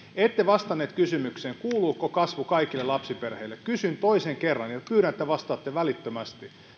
ette vastannut kysymykseen kuuluuko kasvu kaikille lapsiperheille kysyn toisen kerran ja pyydän että vastaatte välittömästi